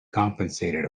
compensated